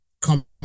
come